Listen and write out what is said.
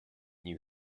you